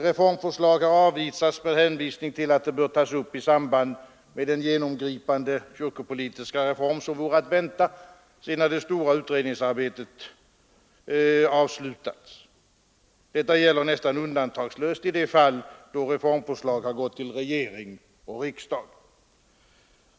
Reformförslag har avvisats med hänvisning till att de bör tas upp i samband med den genomgripande kyrkopolitiska reform som vore att vänta sedan det stora utredningsarbetet avslutas. Detta gäller nästan undantagslöst i de fall då reformförslag har gått till regering och riksdag.